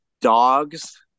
dogs